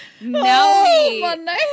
No